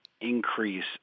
increase